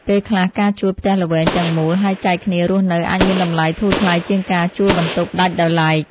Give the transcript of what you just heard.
ពេលខ្លះការជួលផ្ទះល្វែងទាំងមូលហើយចែកគ្នារស់នៅអាចមានតម្លៃធូរថ្លៃជាងការជួលបន្ទប់ដាច់ដោយឡែក។